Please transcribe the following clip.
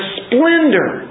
splendor